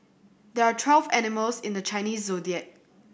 there are twelve animals in the Chinese Zodiac